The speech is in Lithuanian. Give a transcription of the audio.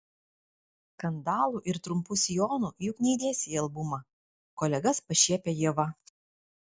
skandalų ir trumpų sijonų juk neįdėsi į albumą kolegas pašiepia ieva